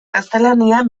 gaztelania